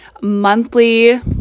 monthly